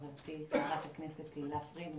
לחברתי חברת הכנסת תהלה פרידמן,